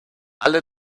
alle